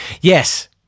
Yes